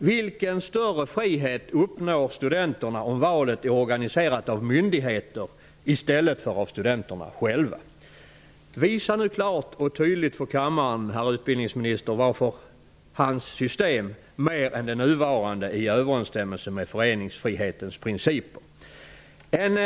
Vilken större frihet uppnår studenterna om valet är organiserat av myndigheter i stället för av studenterna själva? Visa nu klart och tydligt för kammaren, herr utbildningsminister, varför utbildningsministerns system är mer i överensstämmelse med föreningsfrihetens principer än det nuvarande!